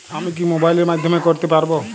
আমি কি মোবাইলের মাধ্যমে করতে পারব?